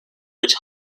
which